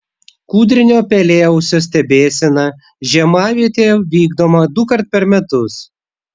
kūdrinio pelėausio stebėsena žiemavietėje vykdoma dukart per metus